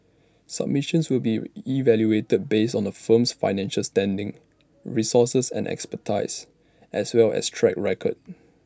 submissions will be evaluated based on A firm's financial standing resources and expertise as well as track record